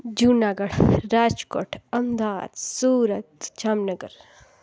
Junagadh Rajkot Ahmedabad Surat Jamnagar